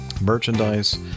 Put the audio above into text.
merchandise